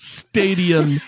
stadium